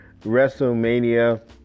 WrestleMania